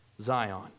Zion